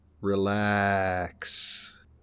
Relax